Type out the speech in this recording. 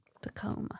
Tacoma